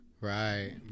right